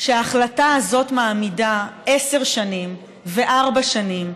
ההחלטה הזאת מעמידה עשר שנים וארבע שנים,